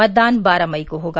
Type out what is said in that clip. मतदान बारह मई को होगा